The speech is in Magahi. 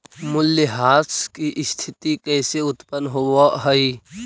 मूल्यह्रास की स्थिती कैसे उत्पन्न होवअ हई?